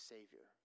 Savior